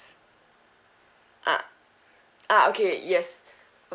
ah ah okay yes